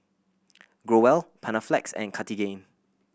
Growell Panaflex and Cartigain